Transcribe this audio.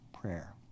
prayer